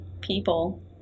people